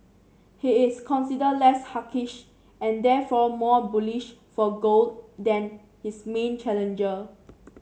he is considered less hawkish and therefore more bullish for gold than his main challenger